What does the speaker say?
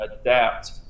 adapt